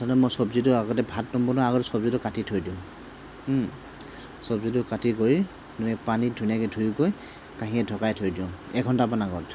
মানে মই চব্জিটো আগতে ভাত নবনোৱাৰ আগতে চব্জিটো কাটি থৈ দিওঁ চব্জিটো কাটি কৰি মানে পানীত ধুনীয়াকৈ ধুই কৰি কাঁহীৰে ঢকাই থৈ দিওঁ এঘণ্টামান আগত